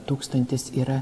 tūkstantis yra